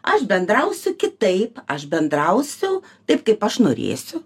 aš bendrausiu kitaip aš bendrausiu taip kaip aš norėsiu